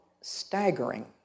staggering